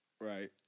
Right